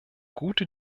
gute